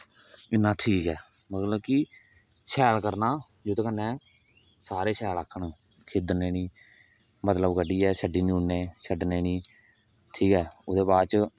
इना ठीक ऐ मतलब कि शैल करना जेहदे कन्ने सारे शैल आखन खिद्धने नेई मतलब कड्ढियै छड्डी नेईं ओड़ने छड्डने नेई ठीक ऐ ओहदे बाद च